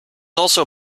also